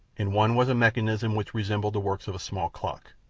in one was a mechanism which resembled the works of a small clock.